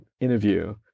interview